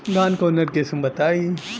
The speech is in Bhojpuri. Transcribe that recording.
धान के उन्नत किस्म बताई?